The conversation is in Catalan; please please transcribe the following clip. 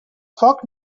foc